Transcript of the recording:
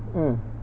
mm